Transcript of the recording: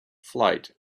flight